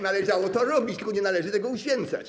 Należało to robić, tylko nie należy tego uświęcać.